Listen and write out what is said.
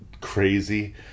crazy